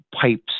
pipes